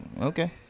Okay